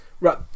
right